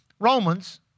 Romans